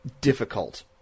Difficult